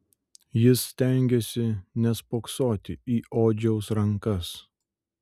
jis stengėsi nespoksoti į odžiaus rankas